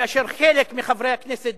כאשר חלק מחברי הכנסת,